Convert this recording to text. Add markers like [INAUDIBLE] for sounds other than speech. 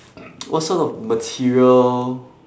[NOISE] what sort of material